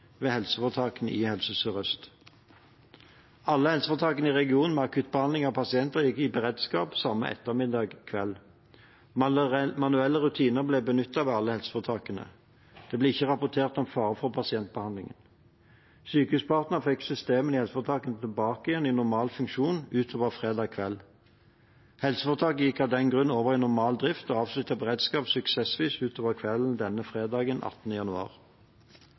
ved helseforetakene i Helse Sør-Øst. Alle helseforetakene i regionen med akuttbehandling av pasienter gikk i beredskap samme ettermiddag/kveld. Manuelle rutiner ble benyttet ved alle helseforetakene. Det ble ikke rapportert om fare for pasientbehandlingen. Sykehuspartner fikk systemene i helseforetakene tilbake i normal funksjon utover fredag kveld. Helseforetakene gikk av den grunn over i normal drift og avsluttet beredskapen suksessivt utover kvelden denne fredagen, 18. januar.